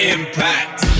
Impact